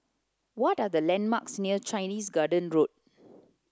what are the landmarks near Chinese Garden Road